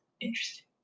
Interesting